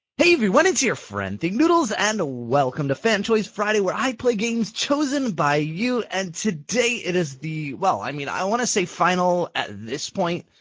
hey everyone, it's your friend thinknoodles and welcome to fan choice friday, where i play games chosen by you, and today it is the. well, i mean, i wanna say final at this point.